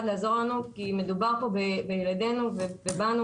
לעזור לנו כי מדובר פה בילדינו ובנו,